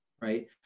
right